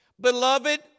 Beloved